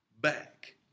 back